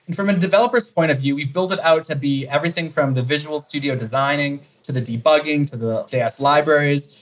from a developer's point of view, we built it out to be everything from the visual studio designing to the debugging, to the js libraries,